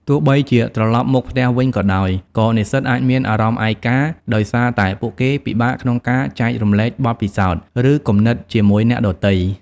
ទោះបីជាត្រឡប់មកផ្ទះវិញក៏ដោយ ក៏និស្សិតអាចមានអារម្មណ៍ឯកា ដោយសារតែពួកគេពិបាកក្នុងការចែករំលែកបទពិសោធន៍ ឬគំនិតជាមួយអ្នកដទៃ។